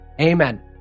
Amen